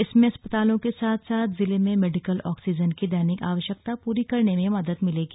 इससे अस्पतालों के साथ साथ जिले में मेडिकल ऑक्सीजन की दैनिक आवश्यकता पूरी करने में मदद मिलेगी